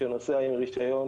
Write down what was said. שנוסע עם רישיון